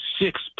six